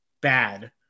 bad